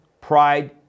pride